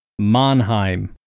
Monheim